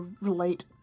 relate